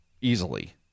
easily